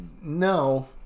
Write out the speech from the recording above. No